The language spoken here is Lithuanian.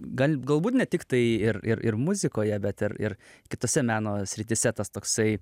gal galbūt ne tiktai ir ir ir muzikoje bet ir ir kitose meno srityse tas toksai